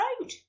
road